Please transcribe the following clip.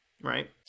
Right